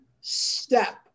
step